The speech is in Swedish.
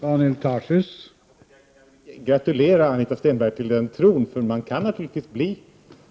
Herr talman! Jag kan gratulera Anita Stenberg till den tron. Man kan naturligtvis bli